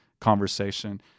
conversation